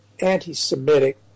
anti-Semitic